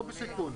לא בסיכון.